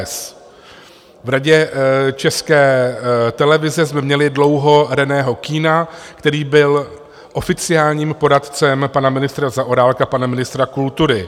V Radě České televize jsme měli dlouho Reného Kühna, který byl oficiálním poradcem pana ministra Zaorálka, pana ministra kultury.